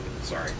Sorry